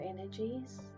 energies